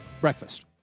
breakfast